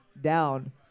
down